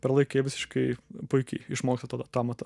per laiką jie visiškai puikiai išmoksta tada tą amatą